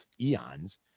eons